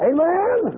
Amen